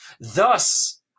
Thus